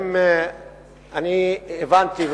הבנתי,